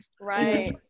Right